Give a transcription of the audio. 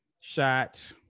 shot